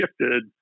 shifted